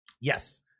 Yes